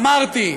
אמרתי: